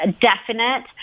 definite